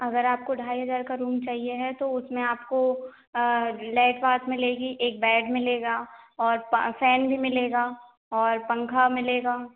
अगर आपको ढाई हज़ार का रूम चाहिए है तो उसमें आपको लैट बाथ मिलेगी एक बेड मिलेगा और फ़ैन भी मिलेगा और पंखा मिलेगा